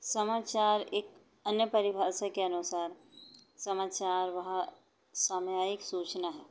समाचार एक अन्य परिभाषा के अनुसार समाचार वह समयायिक सूचना है